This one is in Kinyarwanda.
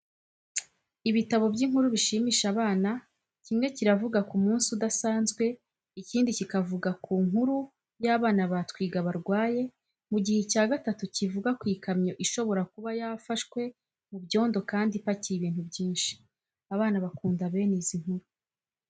Ibitabo by'inkuru zishimisha abana, kimwe kiravuga ku munsi udasanzwe, ikindi kikavuga ku nkuru y'abana ba Twiga barwaye mu gihe icya gatatu kivuga ku ikamyo ishobora kuba yafashwe mu byondo kandi ipakiye ibintu byinshi. Abana bakunda bene izi nkuru.